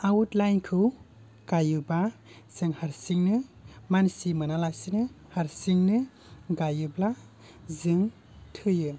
आउटलाइनखौ गायोब्ला जों हारसिंनो मानसि मोनालासेनो हारसिंनो गायोब्ला जों थैयो